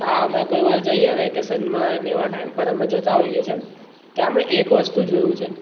ત્યાં અમે કોઈ વાર જઈએ વેકેશનમાંને એવા ટાઈમ પર અમે જતાં હોઈએ છીએ ત્યાં મેં એક વસ્તુ જોયું છે